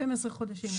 12 חודשים.